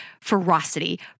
ferocity